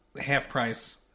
half-price